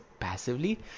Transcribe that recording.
passively